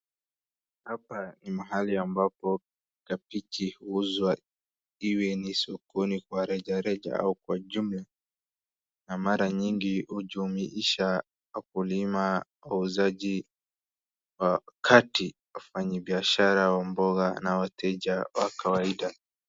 Hapa ni mahali ambapo kabiji huuzwa iwe ni sokoni kwa rejereja au kwa jumla na mara nyingi hujumuisha wakulima wauzaji wakati wafanyibiashara wa mboga na wateja wa kawaida.